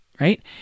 right